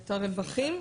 את הרווחים,